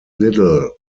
little